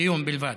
דיון בלבד.